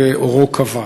ואורו כבה.